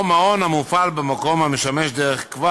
או מעון המופעל במקום המשמש דרך קבע